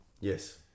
Yes